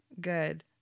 Good